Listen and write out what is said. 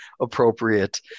appropriate